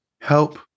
help